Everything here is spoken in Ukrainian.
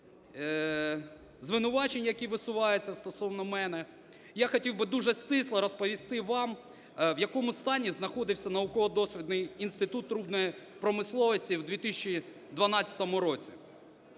звинувачень, які висуваються стосовно мене, я хотів би дуже стисло розповісти вам в якому стані знаходився Науково-дослідний інститут трубної промисловості в 2012 році.